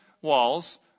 walls